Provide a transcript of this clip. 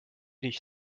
dich